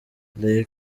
lil